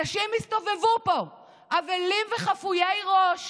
אנשים הסתובבו פה אבלים וחפויי ראש